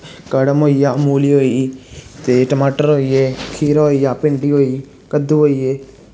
कड़म होई गेआ मूली होई ते टमाटर होई गे खीरा होई गेआ भिंडी होई कद्दू होई गे